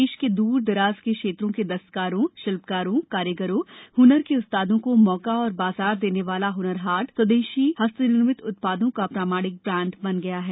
देश के दूर दराज के क्षेत्रों के दस्तकारों शिल्पकारों कारीगरों ह्नर के उस्तादों को मौका और बाजार देने वाला ह्नर हाट स्वदेशी हस्तनिर्मित उत्पादों का प्रामाणिक ब्रांड बन गया है